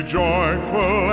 joyful